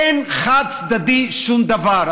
אין חד-צדדי שום דבר.